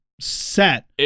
set